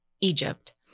Egypt